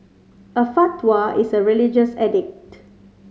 a fatwa is a religious edict